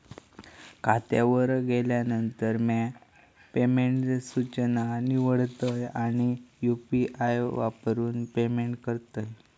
खात्यावर गेल्यानंतर, म्या पेमेंट सूचना निवडतय आणि यू.पी.आई वापरून पेमेंट करतय